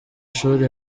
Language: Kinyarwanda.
shuri